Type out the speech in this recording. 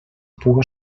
puga